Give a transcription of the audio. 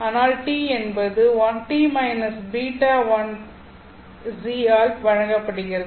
ஆனால் T என்பது t ß1z ஆல் வழங்கப்படுகிறது